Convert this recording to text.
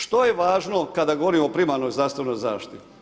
Što je važno kada govorim o primarnoj zdravstvenoj zaštiti?